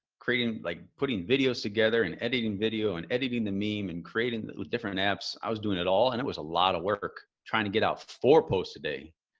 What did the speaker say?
creating, like putting videos together and editing video and editing the meme and creating the different apps. i was doing it all. and it was a lot of work trying to get out four posts a day.